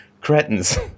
cretins